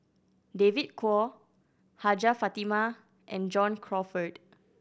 David Kwo Hajjah Fatimah and John Crawfurd